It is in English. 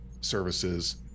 services